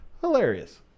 Hilarious